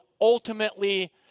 ultimately